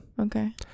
Okay